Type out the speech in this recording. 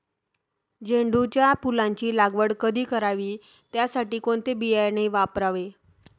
झेंडूच्या फुलांची लागवड कधी करावी? त्यासाठी कोणते बियाणे वापरावे?